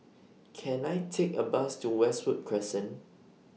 Can I Take A Bus to Westwood Crescent